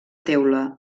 teula